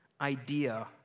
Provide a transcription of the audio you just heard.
idea